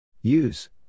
Use